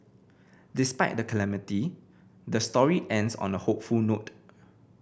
despite the calamity the story ends on a hopeful note